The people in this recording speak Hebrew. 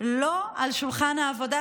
לא על שולחן העבודה,